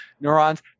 neurons